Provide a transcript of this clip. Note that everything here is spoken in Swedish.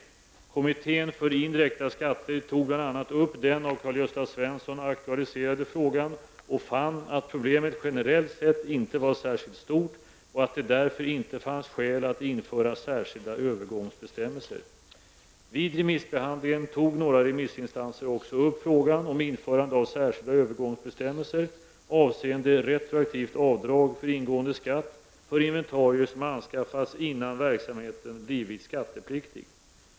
Kommittén för indirekta skatter tog bl.a. upp den av Karl-Gösta Svenson aktualiserade frågan och fann att problemet generellt sett inte var särskilt stort och att det därför inte fanns skäl att införa särskilda övergångsbestämmelser. Vid remissbehandlingen tog några remissinstanser också upp frågan om införande av särskilda övergångsbestämmelser avseende retroaktivt avdrag för ingående skatt för inventarier som anskaffats innan verksamheten blivit skattepliktig.